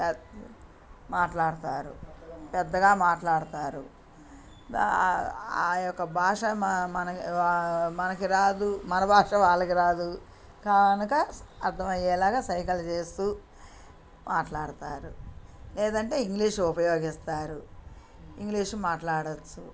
మాట్లాడతారు పెద్దగా మాట్లాడతారు ఆ యొక్క భాష మనకి రాదు మన భాష వాళ్లకి రాదు కనుక ఆర్డమయ్యేలాగా సైగలు చేస్తూ మాట్లాడతారు లేదంటే ఇంగ్లీష్ ఉపయోగిస్తారు ఇంగ్లీష్ మాట్లాడొచ్చు